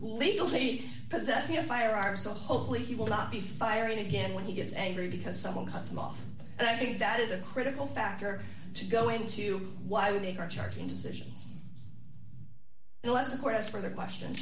legal he possessing a firearm so hopefully he will not be firing again when he gets angry because someone cuts him off and i think that is a critical factor to go into why they are charging decisions unless of course for the question